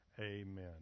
Amen